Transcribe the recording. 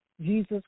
Jesus